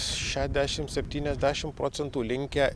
šiadešimt septyniasdešim procentų linkę